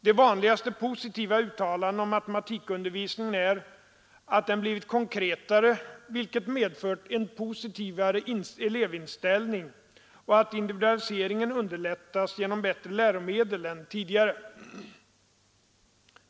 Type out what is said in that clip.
De vanligaste positiva uttalandena om matematikundervisningen är att den blivit konkretare, vilket medfört en positivare elevinställning och att individualiseringen underlättats genom bättre läromedel än tidigare.